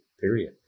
Period